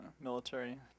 military